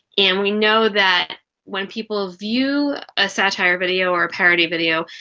and we know that when people ah view a satire video or parody video,